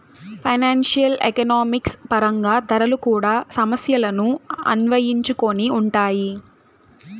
financial economics పరంగా ధరలు కూడా సమస్యలను అన్వయించుకొని ఉంటాయి